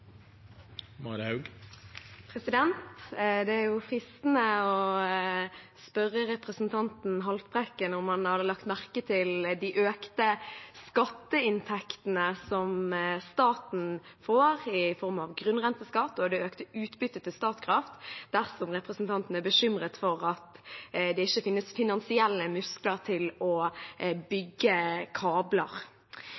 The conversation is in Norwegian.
fristende å spørre representanten Haltbrekken om han har lagt merke til de økte skatteinntektene som staten får i form av grunnrenteskatt, og det økte utbyttet til Statkraft, dersom representanten er bekymret for at det ikke finnes finansielle muskler til å